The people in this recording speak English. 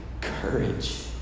courage